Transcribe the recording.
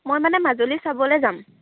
মই মানে মাজুলী চাবলৈ যাম